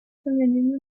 femenino